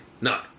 No